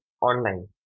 online